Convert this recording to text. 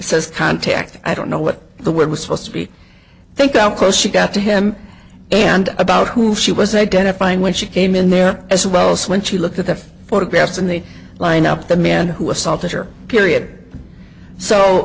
says contact i don't know what the word was supposed to be think how close she got to him and about who she was identifying when she came in there as well so when she looked at the photographs in the lineup the man who assaulted her